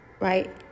right